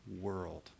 world